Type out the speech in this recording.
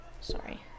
sorry